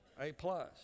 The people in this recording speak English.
A-plus